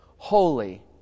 Holy